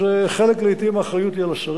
אז חלק האחריות, לעתים, היא על השרים,